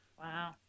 wow